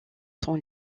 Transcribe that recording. temps